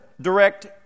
direct